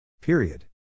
Period